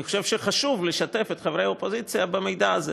אני חושב שחשוב לשתף את חברי האופוזיציה במידע הזה.